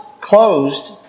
closed